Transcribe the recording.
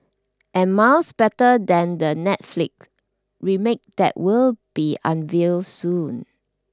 and miles better than the Netflix remake that will be unveiled soon